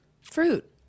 Fruit